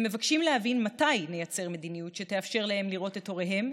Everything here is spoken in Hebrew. הם מבקשים להבין מתי נייצר מדיניות שתאפשר להם לראות את הוריהם,